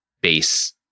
base